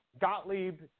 Gottlieb